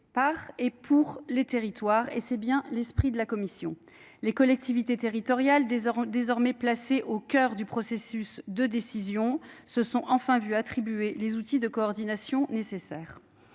par et pour les territoires et c'est bien l'esprit de la Commission. Les collectivités territoriales, désormais placées au cœur du processus de décision, se sont enfin vu attribuer les outils de coordination nécessaires